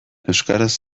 euskaraz